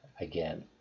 again